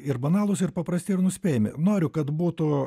ir banalūs ir paprasti ir nuspėjami noriu kad būtų